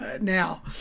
now